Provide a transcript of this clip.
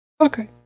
Okay